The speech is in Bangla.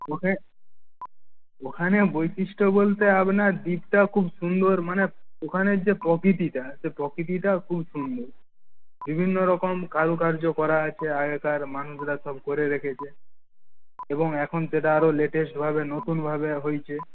ওখানে বৈশিষ্ট্য বলতে আপনার দ্বীপটা খুব সুন্দর মানে ওখানের যে প্রকৃতিটা সে প্রকৃতিটা খুব সুন্দর বিভিন্ন রকম কারুকার্য করা আছে আগেকার মানুষরা সব করে রেখেছে এবং এখন সেটা আরও লেটেস্ট ভাবে নতুন ভাবে হয়েছে